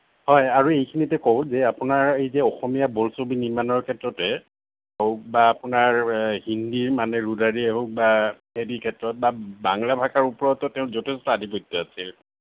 হয় আৰু এইখিনিতে কওঁ যে আপোনাৰ এই যে অসমীয়া বোলছবি নিৰ্মাণৰ ক্ষেত্ৰতে হওক বা আপোনাৰ হিন্দীৰ মানে ৰদালিয়ে হওক বা হেৰি ক্ষেত্ৰত বা বাংলা ভাষাৰ ওপৰতো তেওঁৰ যথেষ্ট আধিপত্য আছে